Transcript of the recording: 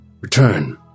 Return